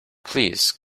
please